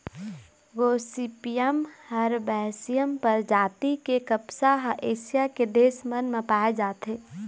Gossypium herbaceum परजाति के कपसा ह एशिया के देश मन म पाए जाथे